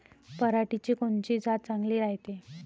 पऱ्हाटीची कोनची जात चांगली रायते?